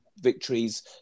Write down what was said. victories